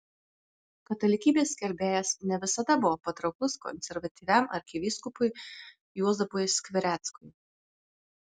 katalikybės skelbėjas ne visada buvo patrauklus konservatyviam arkivyskupui juozapui skvireckui